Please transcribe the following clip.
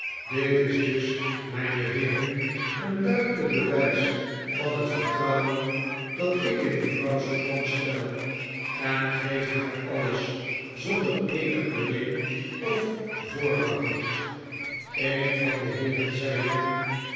dit is dus mijne heeren een duidelijk bewijs van het vertrouwen dat ik in mevrouw strong stel en geeft haar alles zonder eenig beding of voorbehoud een van die heeren zei toen